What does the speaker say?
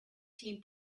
team